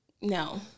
No